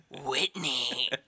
Whitney